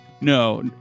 No